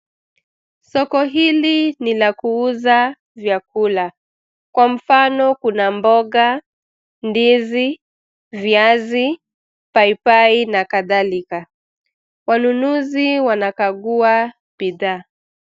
Soko hili ni la kuuza vyakula. Kwa mfano kuna mboga, ndizi, viazi, paipai, na kadhalika. Wanunuzi wanakagua bidhaa.